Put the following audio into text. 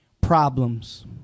problems